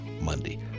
Monday